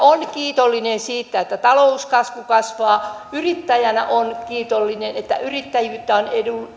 olen kiitollinen siitä että talouskasvu kasvaa yrittäjänä on kiitollinen että yrittäjyyttä on